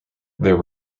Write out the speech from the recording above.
there